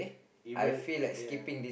even ya